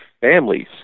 families